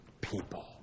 people